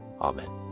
Amen